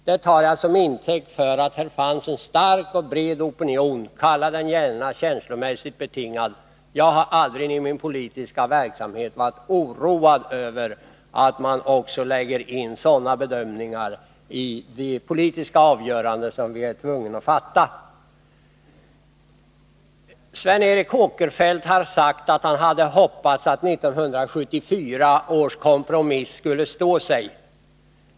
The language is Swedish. Det tar jag som intäkt för att här fanns en stark och bred opinion — kalla den gärna känslomässigt betingad. Jag har aldrig i min politiska verksamhet varit oroad över att man också lägger in sådana bedömningar i de politiska avgöranden vi är tvungna att fatta. Sven Eric Åkerfeldt har sagt att han hade hoppats att 1974 års kompromiss skulle stå sig.